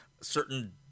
certain